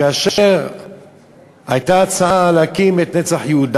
כאשר הייתה הצעה להקים את "נצח יהודה".